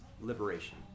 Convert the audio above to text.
liberation